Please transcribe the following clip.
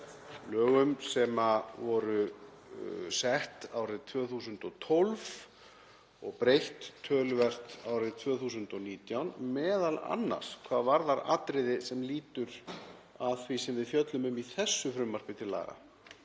lögum sem voru sett árið 2012 og breytt töluvert árið 2019, m.a. hvað varðar atriði sem lýtur að því sem við fjöllum um í þessu frumvarpi til laga.